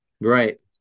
Right